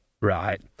Right